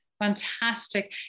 Fantastic